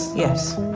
yes.